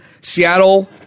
Seattle